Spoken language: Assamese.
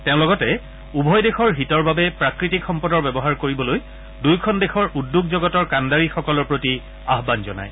তেওঁ লগতে উভয় দেশৰ হিতৰ বাবে প্ৰাকৃতিক সম্পদৰ ব্যৱহাৰ কৰিবলৈ দুয়োখন দেশৰ উদ্যোগ জগতৰ কাণ্ডাৰীসকলৰ প্ৰতি আহান জনায়